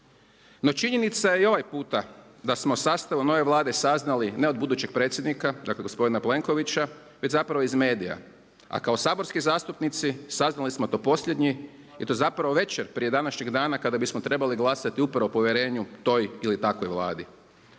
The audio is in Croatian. No, činjenica je i ovaj puta da smo o sastavu nove Vlade saznali ne od budućeg predsjednika, dakle gospodina Plenkovića već zapravo iz medija a kao saborski zastupnici saznali smo to posljednji i to zapravo večer prije današnjeg dana kada bismo trebali glasati upravo o povjerenju toj ili takvoj Vladi.